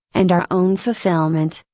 and our own fulfillment,